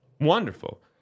wonderful